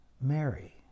Mary